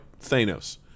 Thanos